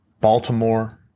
Baltimore